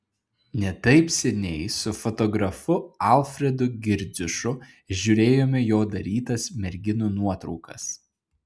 ne taip seniai su fotografu alfredu girdziušu žiūrėjome jo darytas merginų nuotraukas